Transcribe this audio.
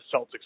Celtics